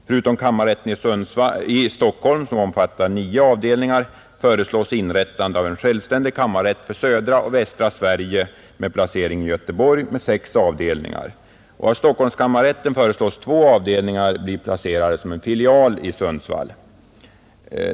Förutom kammarrätten i Stockholm, som omfattar nio avdelningar, föreslås en självständig kammarrätt för södra och västra Sverige i Göteborg med sex avdelningar. Två avdelningar inom kammarrätten i Stockholm föreslås bli placerade som filial i Sundsvall.